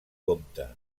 compte